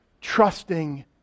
trusting